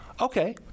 Okay